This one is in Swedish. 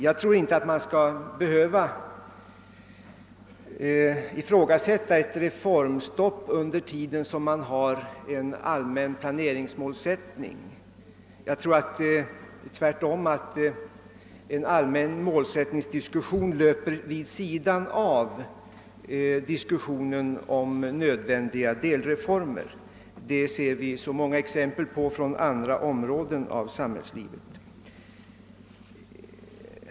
Jag tror inte att man skall behöva ifrågasätta ett reformstopp under den tid som man utreder en allmän planeringsmålsättning. Tvärtom tror jag att en allmän målsättningsdiskussion bör föras vid sidan om diskussionen om nödvändiga delreformer. Det ser vi ju många exempel på från andra områden av samhällslivet.